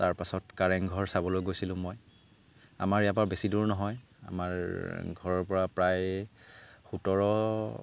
তাৰপাছত কাৰেংঘৰ চাবলৈ গৈছিলোঁ মই আমাৰ ইয়াৰ পৰা বেছি দূৰ নহয় আমাৰ ঘৰৰ পৰা প্ৰায় সোতৰ